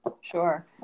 sure